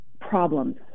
problems